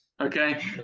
Okay